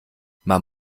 man